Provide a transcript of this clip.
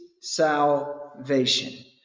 salvation